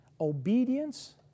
obedience